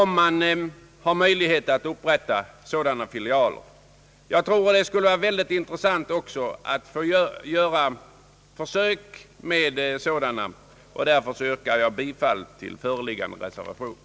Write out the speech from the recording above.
Det är angeläget att få göra detta försök med gymnasiefilialer. Därför yrkar jag, herr talman, bifall till den av mig m.fl. avgivna reservationen.